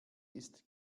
ist